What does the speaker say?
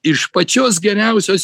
iš pačios geriausios